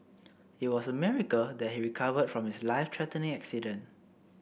it was a miracle that he recovered from his life threatening accident